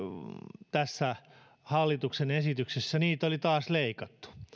rahaa sitten tässä hallituksen esityksessä oli taas leikattu